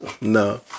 No